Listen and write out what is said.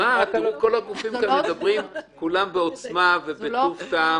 כל הגופים מדברים כולם בעוצמה ובטוב טעם